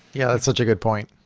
yeah, it's such a good point.